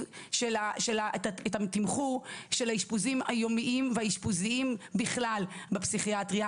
ואת התמחור של האשפוזים היומיים והאשפוזים בכלל בפסיכיאטריה